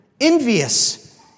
envious